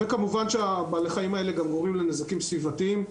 וכמובן שבעלי החיים האלה גורמים לנזקים סביבתיים,